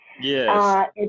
Yes